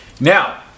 Now